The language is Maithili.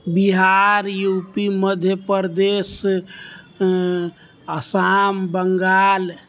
Bihar U P Madhya Pradesh Assam Bengal